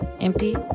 empty